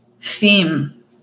theme